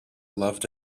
loved